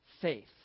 faith